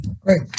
Great